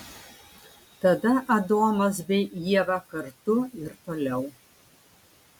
tada adomas bei ieva kartu ir toliau